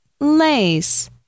lace